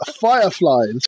Fireflies